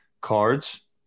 cards